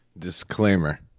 Disclaimer